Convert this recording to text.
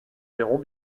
verrons